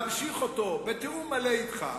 להמשיך אותו בתיאום מלא אתך,